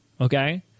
Okay